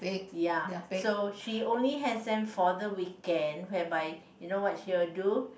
ya so she only has them for the weekend whereby you know what she will do